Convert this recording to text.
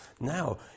Now